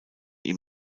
ihm